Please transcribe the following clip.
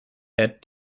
had